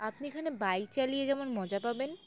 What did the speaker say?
আপনি এখানে বাইক চালিয়ে যেমন মজা পাবেন